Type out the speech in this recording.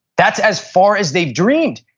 that's as far as they've dreamed.